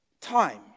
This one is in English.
Time